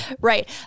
Right